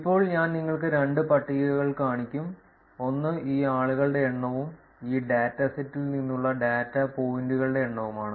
ഇപ്പോൾ ഞാൻ നിങ്ങൾക്ക് രണ്ട് പട്ടികകൾ കാണിക്കും ഒന്ന് ഈ ആളുകളുടെ എണ്ണവും ഈ ഡാറ്റാസെറ്റിൽ നിന്നുള്ള ഡാറ്റ പോയിന്റുകളുടെ എണ്ണവുമാണ്